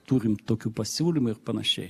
turim tokių pasiūlymų ir panašiai